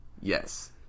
Yes